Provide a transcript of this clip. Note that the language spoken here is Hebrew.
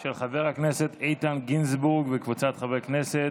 של חבר הכנסת איתן גינזבורג וקבוצת חברי הכנסת.